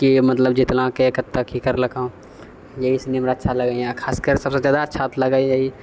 के मतलब जीतलँ के कतय की करलकँ यही सनी हमरा अच्छा लागैए खास कर सभसँ ज्यादा अच्छा तऽ लागैए ई